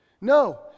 No